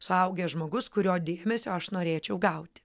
suaugęs žmogus kurio dėmesio aš norėčiau gauti